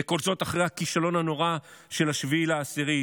וכל זאת אחרי הכישלון הנורא של 7 באוקטובר.